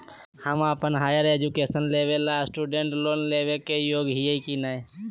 हम अप्पन higher education लेबे ला स्टूडेंट लोन लेबे के योग्य हियै की नय?